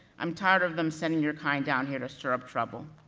i'm tired of them sending your kind down here to stir up trouble.